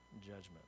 judgment